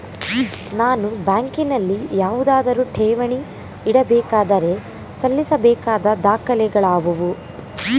ನಾನು ಬ್ಯಾಂಕಿನಲ್ಲಿ ಯಾವುದಾದರು ಠೇವಣಿ ಇಡಬೇಕಾದರೆ ಸಲ್ಲಿಸಬೇಕಾದ ದಾಖಲೆಗಳಾವವು?